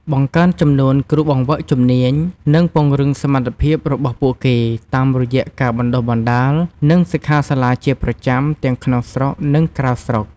បង្កើនចំនួន គ្រូបង្វឹកជំនាញ និងពង្រឹងសមត្ថភាពរបស់ពួកគេ តាមរយៈការបណ្តុះបណ្តាល និងសិក្ខាសាលាជាប្រចាំ ទាំងក្នុងស្រុក និងក្រៅស្រុក។